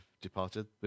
departed